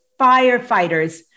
firefighters